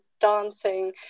dancing